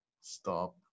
stop